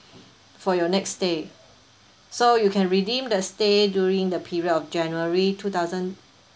for your next stay so you can redeem the stay during the period of january two thousand